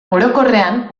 orokorrean